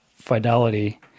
fidelity